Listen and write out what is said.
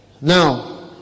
now